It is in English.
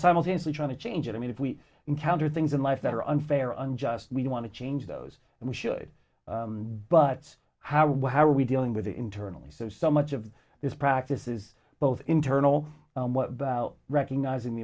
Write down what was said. simultaneously trying to change it i mean if we encounter things in life that are unfair unjust we want to change those and we should but how well are we dealing with it internally so so much of this practice is both internal what about recognising